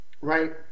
right